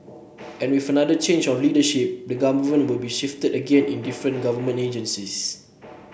and with another change of leadership the government will be shifted again in different government agencies